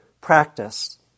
practice